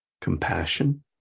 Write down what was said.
compassion